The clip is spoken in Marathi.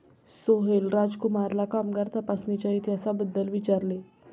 सोहेल राजकुमारला कामगार तपासणीच्या इतिहासाबद्दल विचारले